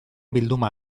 bilduma